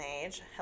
age